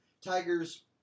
Tiger's